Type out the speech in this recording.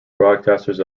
broadcasters